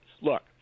Look